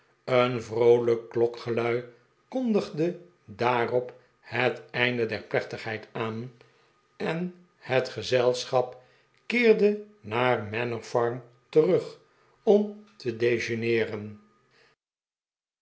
een vroolijk klokgelui kondigde daarop het einde der plechtigheid aan en het gezelschap keerde het huwelijksfeest naar manor farm terug om te dejeuneeren